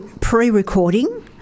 pre-recording